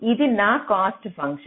ఇది నా cost function